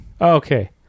okay